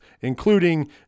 including